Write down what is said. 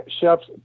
Chef's